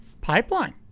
Pipeline